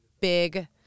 big